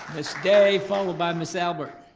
day, followed by ms. albert.